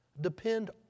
depend